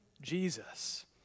Jesus